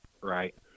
right